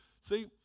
See